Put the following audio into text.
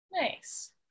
Nice